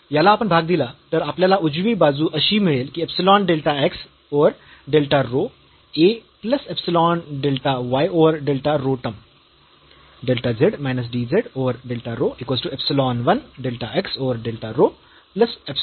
म्हणून जर याला आपण भाग दिला तर आपल्याला उजवी बाजू अशी मिळेल की epsilon delta x over delta rho plus epsilon delta y over delta rho term